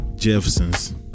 Jeffersons